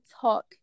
talk